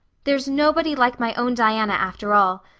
there's nobody like my own diana after all.